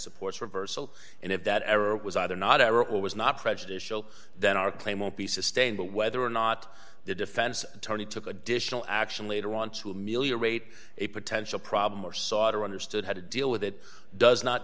supports reversal and if that ever was either not ever or was not prejudicial then our claim will be sustained but whether or not the defense attorney took additional action later on to ameliorate a potential problem or sought or understood how to deal with it does not